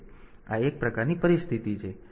તેથી આ એક પ્રકારની પરિસ્થિતિ છે